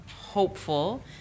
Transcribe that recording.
hopeful